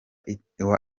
itel